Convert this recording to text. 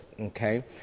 Okay